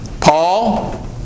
Paul